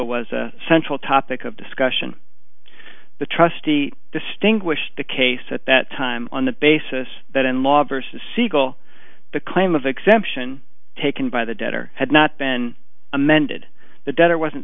eagle was a central topic of discussion the trustee distinguish the case at that time on the basis that in law versus eagle the claim of exemption taken by the debtor had not been amended the debtor wasn't